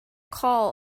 call